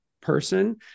person